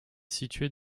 située